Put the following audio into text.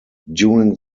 during